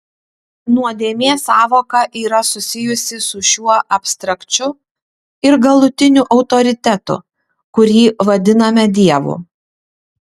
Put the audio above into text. nuodėmės sąvoka yra susijusi su šiuo abstrakčiu ir galutiniu autoritetu kurį vadiname dievu